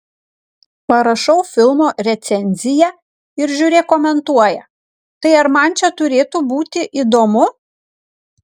parašau filmo recenziją ir žiūrėk komentuoja tai ar man čia turėtų būti įdomu